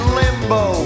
limbo